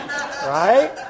right